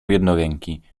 jednoręki